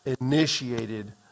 initiated